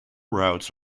routes